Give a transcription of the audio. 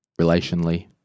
relationally